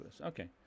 Okay